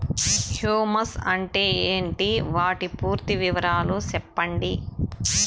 Humus అంటే ఏంటి? వాటి పూర్తి వివరాలు సెప్పండి?